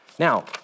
Now